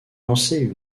lancée